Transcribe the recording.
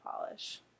polish